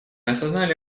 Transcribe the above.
осознали